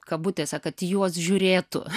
kabutėse kad juos žiūrėtų